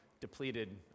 depleted